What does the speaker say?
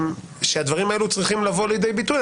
הדברים האלה צריכים לבוא לידי ביטוי,